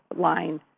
line